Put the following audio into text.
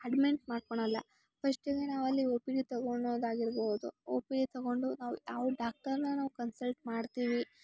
admit ಮಾಡ್ಕೊಳಲ್ಲ ಪಸ್ಟಿಗೆ ನಾವಲ್ಲಿ ಓ ಪಿ ಡಿ ತಗೊಳ್ಳೋದಾಗಿರ್ಬೋದು ಓ ಪಿ ಡಿ ತಗೊಂಡು ನಾವು ಯಾವ ಡಾಕ್ಟರನ್ನ ನಾವು ಕನ್ಸಲ್ಟ್ ಮಾಡ್ತೀವಿ